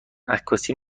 عکاسی